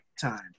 time